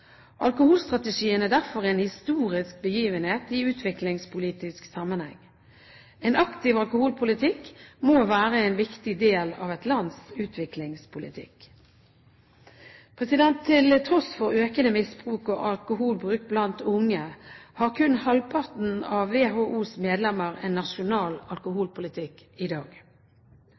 Alkoholstrategien er derfor en historisk begivenhet i utviklingspolitisk sammenheng. En aktiv alkoholpolitikk må være en viktig del av et lands utviklingspolitikk. Til tross for økende misbruk og alkoholbruk blant unge har kun halvparten av WHOs medlemmer en nasjonal alkoholpolitikk i dag.